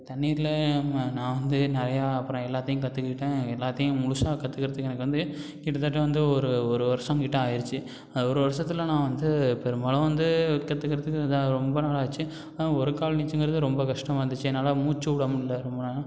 தண்ணீரில் நான் வந்து நிறையா அப்புறம் எல்லாத்தையும் கற்றுக்கிட்டேன் எல்லாத்தையும் முழுசா கற்றுக்கறதுக்கு எனக்கு வந்து கிட்டத்தட்ட வந்து ஒரு ஒரு வருஷம் கிட்ட ஆயிடுச்சு அது ஒரு வருஷத்தில் நான் வந்து பெரும்பாலும் வந்து கற்றுக்கறதுக்கு இதாக ரொம்ப நாள் ஆச்சு ஒரு கால் நீச்சல்ங்கிறது ரொம்ப கஷ்டமாக இருந்துச்சு என்னால் மூச்சு விட முடில்ல ரொம்ப நேரம்